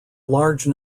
large